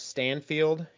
Stanfield